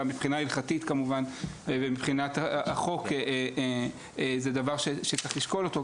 גם מבחינה הלכתית כמובן ומבחינת החוק זה דבר שצריך לשקול אותו,